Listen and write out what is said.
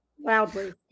loudly